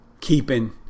Keeping